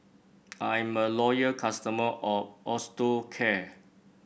I'm a loyal customer of Osteocare